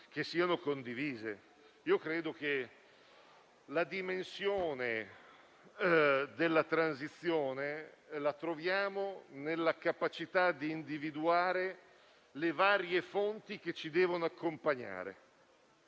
che troviamo la dimensione della transizione nella capacità di individuare le varie fonti che ci devono accompagnare